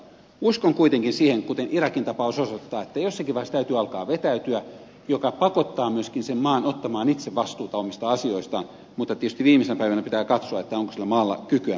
uskon kuitenkin siihen kuten irakin tapaus osoittaa että jossakin vaiheessa täytyy alkaa vetäytyä mikä pakottaa myöskin sen maan ottamaan itse vastuuta omista asioistaan mutta tietysti viimeisenä päivänä pitää katsoa onko sillä maalla kykyä myöskin selviytyä